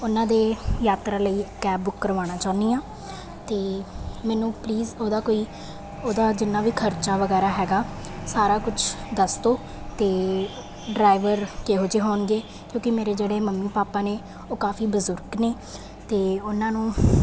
ਉਹਨਾਂ ਦੇ ਯਾਤਰਾ ਲਈ ਕੈਬ ਬੁੱਕ ਕਰਵਾਉਣਾ ਚਾਹੁੰਦੀ ਆਂ ਤੇ ਮੈਨੂੰ ਪਲੀਜ਼ ਉਹਦਾ ਕੋਈ ਉਹਦਾ ਜਿੰਨਾ ਵੀ ਖਰਚਾ ਵਗੈਰਾ ਹੈਗਾ ਸਾਰਾ ਕੁਛ ਦੱਸ ਦੋ ਤੇ ਡਰਾਈਵਰ ਕਿਹੋ ਜਿਹੇ ਹੋਣਗੇ ਕਿਉਂਕਿ ਮੇਰੇ ਜਿਹੜੇ ਮੰਮੀ ਪਾਪਾ ਨੇ ਉਹ ਕਾਫੀ ਬਜ਼ੁਰਗ ਨੇ ਤੇ ਉਹਨਾਂ ਨੂੰ